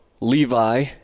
Levi